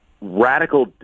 radical